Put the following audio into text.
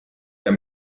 der